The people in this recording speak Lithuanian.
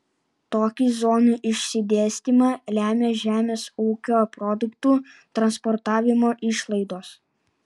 tokį zonų išsidėstymą lemia žemės ūkio produktų transportavimo išlaidos